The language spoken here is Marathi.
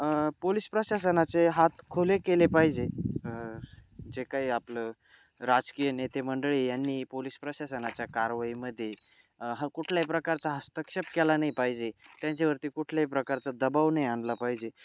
पोलिस प्रशासनाचे हात खुले केले पाहिजे जे काही आपलं राजकीय नेतेमंडळी यांनी पोलिस प्रशासनाच्या कारवाईमध्ये हा कुठल्याही प्रकारचा हस्तक्षेप केला नाही पाहिजे त्यांच्यावरती कुठल्याही प्रकारचा दबाव नाही आणला पाहिजे